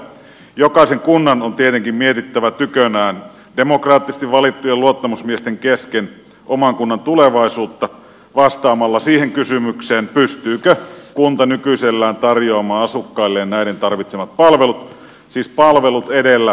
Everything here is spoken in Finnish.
jokaisen kunnan on tietenkin mietittävä tykönään demokraattisesti valittujen luottamusmiesten kesken oman kunnan tulevaisuutta vastaamalla siihen kysymykseen pystyykö kunta nykyisellään tarjoamaan asukkailleen näiden tarvitsemat palvelut siis palvelut edellä tähän uudistukseen